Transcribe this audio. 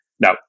Now